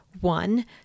one